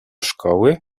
szkoły